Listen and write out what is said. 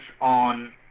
on